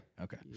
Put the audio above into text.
Okay